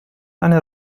eine